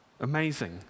Amazing